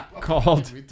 called